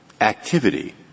activity